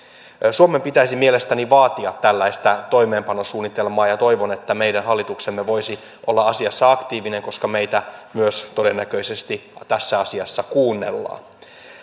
suomen pitäisi mielestäni vaatia tällaista toimeenpanosuunnitelmaa ja toivon että meidän hallituksemme voisi olla asiassa aktiivinen koska meitä myös todennäköisesti tässä asiassa kuunnellaan